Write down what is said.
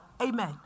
Amen